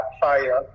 Fire